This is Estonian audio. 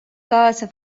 kaasa